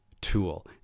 tool